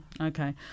Okay